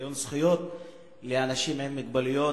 לשוויון זכויות לאנשים עם מוגבלויות,